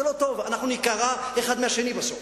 אנחנו ניקרע אחד מהשני בסוף.